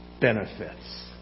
benefits